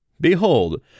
Behold